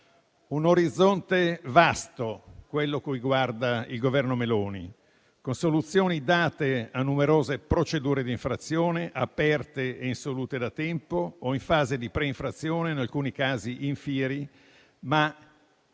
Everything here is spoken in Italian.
un orizzonte vasto quello a cui guarda il Governo Meloni, con soluzioni date a numerose procedure di infrazione aperte e insolute da tempo o in fase di pre-infrazione e in alcuni casi *in fieri*, ma